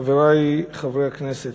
חברי חברי הכנסת,